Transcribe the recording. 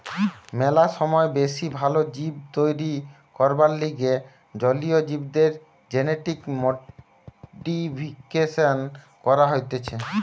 ম্যালা সময় বেশি ভাল জীব তৈরী করবার লিগে জলীয় জীবদের জেনেটিক মডিফিকেশন করা হতিছে